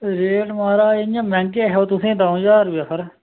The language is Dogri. रेट माराज इ'यां मैंह्गे हे बा तुसें ई द'ऊं ज्हार रपेआ हारा